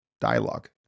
dialogue